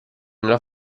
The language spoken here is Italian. nella